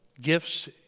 gifts